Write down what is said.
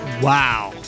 Wow